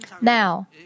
Now